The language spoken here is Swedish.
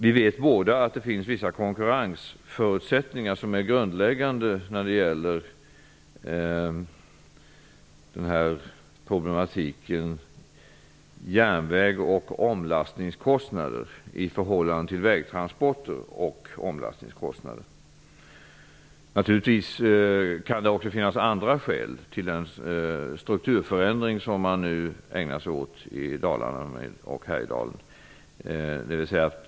Vi vet båda att det finns vissa konkurrensförutsättningar som är grundläggande i det här fallet. Det gäller omlastningskostnader för järnväg i förhållande till omlastningskostnader för vägtransporter. Det kan naturligtvis också finnas andra skäl till den strukturförändring som man nu ägnar sig åt i Dalarna och Härjedalen.